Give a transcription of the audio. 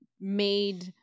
made